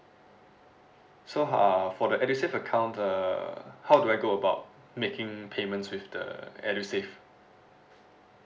so ha~ for the edusave account uh how do I go about making payment with the edusave